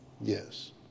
yes